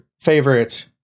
favorite